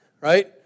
right